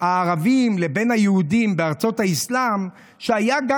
הערבים לבין היהודים בארצות האסלאם שהיה,